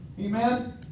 Amen